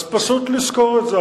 אז פשוט לזכור את זה.